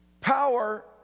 power